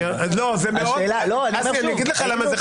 לא, זה מאוד חשוב.